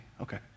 Okay